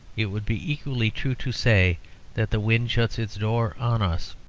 it would be equally true to say that the wind shuts its door on us.